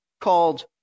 called